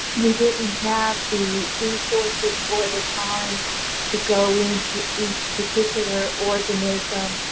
we didn't have the resources or the time to go into each particular organism,